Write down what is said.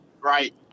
right